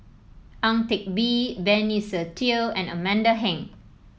Ang Teck Bee Benny Se Teo and Amanda Heng